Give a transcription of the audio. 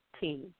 team